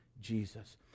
Jesus